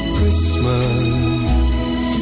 Christmas